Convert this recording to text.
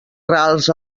rals